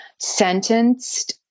sentenced